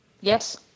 Yes